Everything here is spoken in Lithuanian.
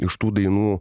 iš tų dainų